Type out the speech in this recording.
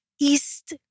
East